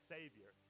Savior